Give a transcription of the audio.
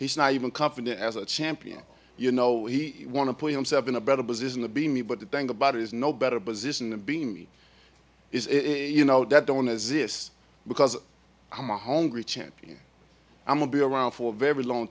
he's not even confident as a champion you know he want to put himself in a better position to be me but the thing about it is no better position to be me is you know that don't exist because i'm a hungry champion i will be around for a very long